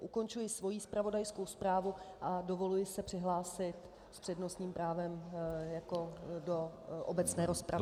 Ukončuji svoji zpravodajskou zprávu a dovoluji si přihlásit se s přednostním právem do obecné rozpravy.